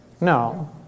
No